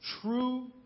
true